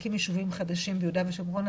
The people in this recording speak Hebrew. להקים ישובים חדשים ביהודה ושומרון,